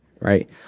right